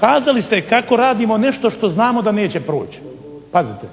Kazali ste kako radimo nešto što znamo da neće proći. Pazite,